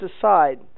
aside